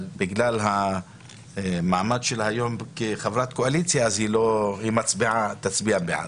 אבל בגלל המעמד שלה היום כחברת קואליציה היא תצביע בעד.